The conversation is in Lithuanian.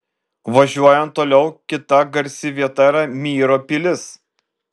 važiuojant toliau kita garsi vieta yra myro pilis